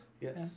Yes